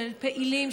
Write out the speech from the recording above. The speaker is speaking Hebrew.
של פעילים,